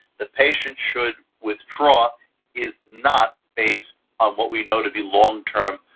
the patient should withdraw is not based on what we know to be long-term,